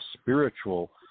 spiritual